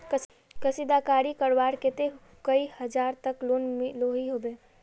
कशीदाकारी करवार केते कई हजार तक लोन मिलोहो होबे?